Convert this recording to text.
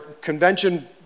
convention